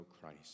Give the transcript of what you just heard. Christ